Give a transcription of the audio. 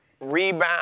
Rebound